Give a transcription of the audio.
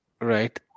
Right